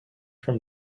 from